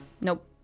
Nope